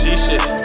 G-shit